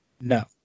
no